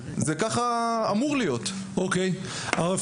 ככה זה אמור להיות.